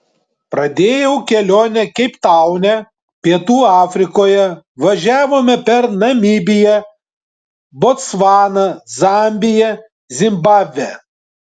pradėjau kelionę keiptaune pietų afrikoje važiavome per namibiją botsvaną zambiją zimbabvę